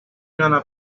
gonna